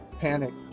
Panic